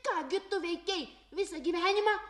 ką gi tu veikei visą gyvenimą